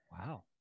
Wow